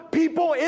people